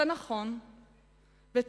זה נכון תמיד,